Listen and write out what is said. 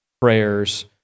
prayers